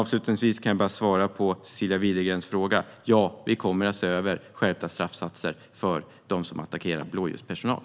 Avslutningsvis kan jag svara på Cecilia Widegrens fråga: Ja, vi kommer att se över skärpta straffsatser för dem som attackerar blåljuspersonal.